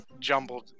jumbled